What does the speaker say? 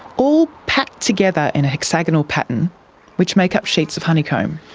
all packed together in a hexagonal pattern which make up sheets of honeycomb.